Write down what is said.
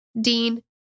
Dean